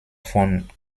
von